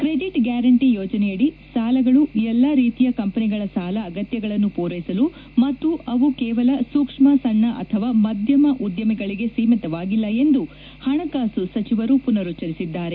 credit guarantee ಯೋಜನೆಯಡಿ ಸಾಲಗಳು ಎಲ್ಲ ರೀತಿಯ ಕಂಪನಿಗಳ ಸಾಲ ಅಗತ್ವಗಳನ್ನು ಪೂರೈಸಲು ಮತ್ತು ಅವು ಕೇವಲ ಸೂಕ್ಷ್ಮ ಸಣ್ಣ ಅಥವಾ ಮಧ್ಯಮ ಉದ್ಯಮಗಳಿಗೆ ಸೀಮಿತವಾಗಿಲ್ಲ ಎಂದು ಹಣಕಾಸು ಸಚಿವರು ಪುನರುಚ್ಚರಿಸಿದ್ದಾರೆ